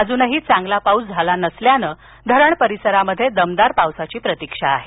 अजूनही चांगला पाऊस झाला नसल्याने धरण परिसरात दमदार पावसाची प्रतीक्षा आहे